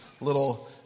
little